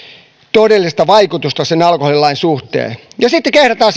todellista vaikutusta alkoholilain suhteen ja sitten kehdataan